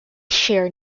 share